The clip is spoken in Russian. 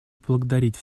поблагодарить